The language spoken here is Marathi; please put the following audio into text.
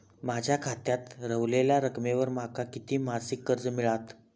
माझ्या खात्यात रव्हलेल्या रकमेवर माका किती मासिक कर्ज मिळात?